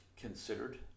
considered